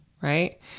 right